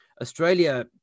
Australia